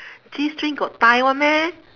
g-string got tie [one] meh